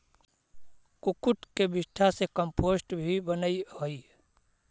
कुक्कुट के विष्ठा से कम्पोस्ट भी बनअ हई